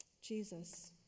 Jesus